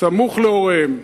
סמוך להוריהם,